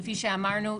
כפי שאמרנו,